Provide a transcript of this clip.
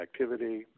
activity